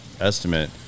estimate